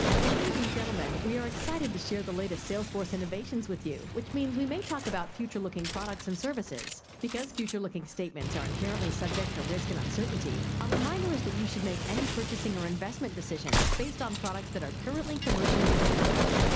ladies and gentlemen, we are excited to share the latest salesforce innovations with you. which means we may talk about future looking products and services. because future looking statements are inherently subject to risk and uncertainty, our reminder is that you should make any purchasing or investment decisions based on products that are currently commercially available.